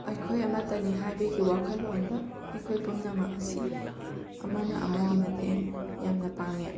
ꯑꯩꯈꯣꯏ ꯑꯃꯠꯇꯅꯤ ꯍꯥꯏꯕꯒꯤ ꯋꯥꯈꯜꯂꯣꯟꯗ ꯑꯩꯈꯣꯏ ꯄꯨꯝꯅꯃꯛ ꯑꯁꯤ ꯑꯃꯅ ꯑꯃꯒꯤ ꯃꯇꯦꯡ ꯌꯥꯝꯅ ꯄꯥꯡꯉꯤ